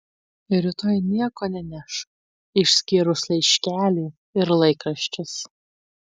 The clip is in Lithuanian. rytoj nieko nenešk išskyrus laiškelį ir laikraščius